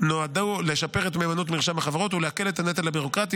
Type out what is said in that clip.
נועדו לשפר את מהימנות מרשם החברות ולהקל את הנטל הביורוקרטי,